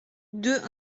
deux